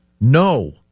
No